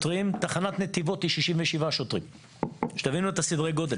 תחנת נתיבות היא 67 שוטרים, שתבינו את סדרי הגודל.